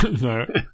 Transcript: no